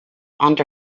under